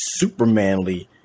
supermanly